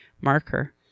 marker